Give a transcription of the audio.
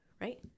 right